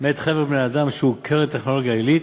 מאת חבר-בני-אדם שהוא קרן טכנולוגיה עילית,